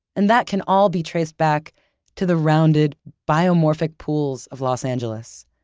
and that can all be traced back to the rounded, biomorphic pools of los angeles.